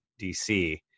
DC